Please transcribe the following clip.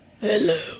Hello